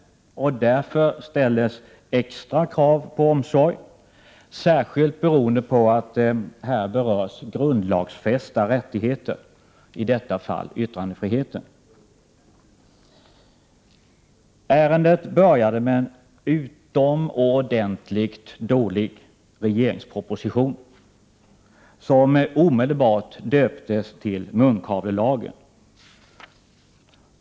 Därför ställs extra krav på omsorg, särskilt beroende på att här berörs grundlagsfästa rättigheter, i detta fall yttrandefriheten. Ärendet började med en utomordentligt dålig regeringsproposition, som omedelbart döptes till ”munkavlelagen”.